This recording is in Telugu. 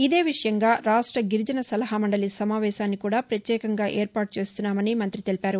ఇదే విషయంగా రాష్ల గిరిజన సలహామండలి సమావేశాన్ని కూడా పత్యేకంగా ఏర్పాటు చేస్తున్నామని మంతి తెలిపారు